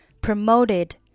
promoted